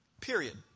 Period